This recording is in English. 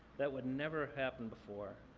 that would never happen before.